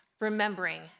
remembering